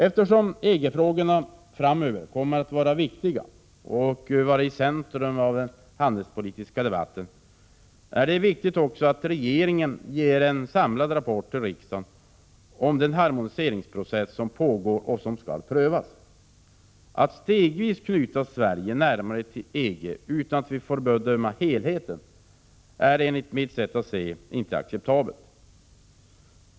Eftersom EG-frågorna framöver kommer att vara viktiga och stå i centrum för den handelspolitiska debatten, är det viktigt att regeringen ger en samlad rapport till riksdagen om den harmoniseringsprocess som pågår och som skall prövas. Att stegvis knyta Sverige närmare EG utan att vi får bedöma helheten är, enligt mitt sätt att se, inte acceptabelt.